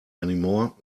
anymore